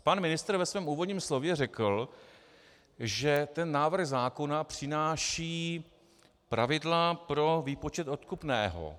Pan ministr ve svém úvodním slově řekl, že ten návrh zákona přináší pravidla pro výpočet odkupného.